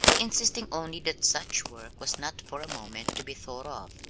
insisting only that such work was not for a moment to be thought of.